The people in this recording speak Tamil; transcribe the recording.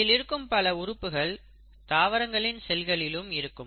இதில் இருக்கும் பல உறுப்புகள் தாவரங்களின் செல்களிலும் இருக்கும்